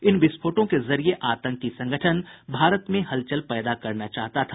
इन विस्फोटों के जरिये आतंकी संगठन भारत में हलचल पैदा करना चाहता था